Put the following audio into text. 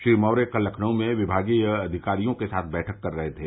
श्री मौर्य कल लखनऊ में विमागीय अधिकारियों के साथ बैठक कर रहे थे